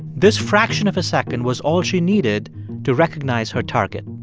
this fraction of a second was all she needed to recognize her target.